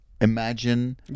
imagine